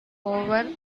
over